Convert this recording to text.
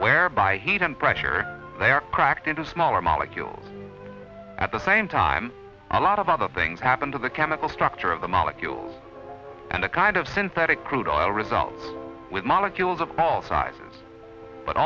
whereby heat and pressure they are cracked into smaller molecules at the same time a lot of other things happen to the chemical structure of the molecules and a kind of synthetic crude oil result with molecules of all sizes but